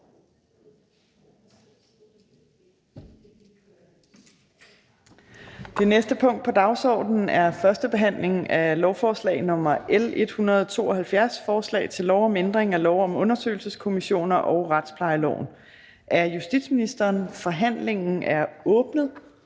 Det næste punkt på dagsordenen er: 24) 1. behandling af lovforslag nr. L 172: Forslag til lov om ændring af lov om undersøgelseskommissioner og retsplejeloven. (Indførelse af granskningskommissioner,